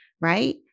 right